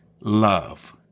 love